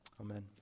Amen